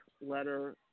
letter